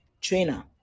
trainer